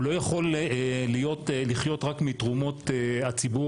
הוא לא יכול לחיות רק מתרומות הציבור,